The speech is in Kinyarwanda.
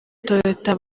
toyota